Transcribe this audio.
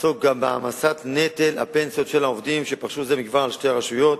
תעסוק גם בהעמסת נטל הפנסיות של העובדים שפרשו זה מכבר על שתי הרשויות.